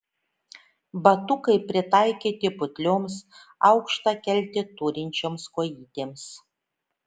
batukai pritaikyti putlioms aukštą keltį turinčioms kojytėms